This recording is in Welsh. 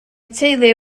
teulu